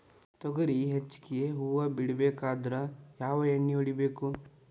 ತೊಗರಿ ಹೆಚ್ಚಿಗಿ ಹೂವ ಬಿಡಬೇಕಾದ್ರ ಯಾವ ಎಣ್ಣಿ ಹೊಡಿಬೇಕು?